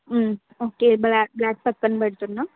okay block block పక్కన పెడుతున్నాను